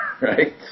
Right